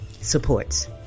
supports